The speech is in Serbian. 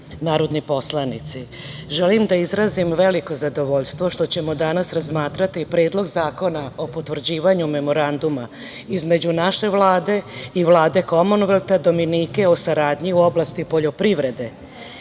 narodni poslanici, želim da izrazim veliko zadovoljstvo što ćemo danas razmatrati Predlog zakona o potvrđivanju Memoranduma između naše Vlade i Vlade Komonvelta Dominike o saradnji u oblasti poljoprivrede.